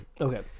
Okay